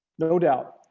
no doubt.